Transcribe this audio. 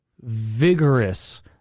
vigorous